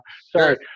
Sorry